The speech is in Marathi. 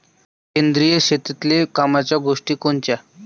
सेंद्रिय शेतीतले कामाच्या गोष्टी कोनच्या?